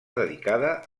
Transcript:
dedicada